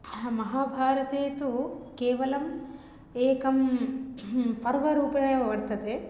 हा महाभारते तु केवलम् एकं पर्वरूपेण वर्तते